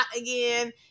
again